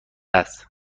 است